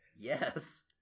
Yes